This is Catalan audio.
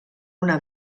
una